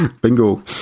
Bingo